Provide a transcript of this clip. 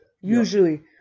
usually